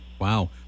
Wow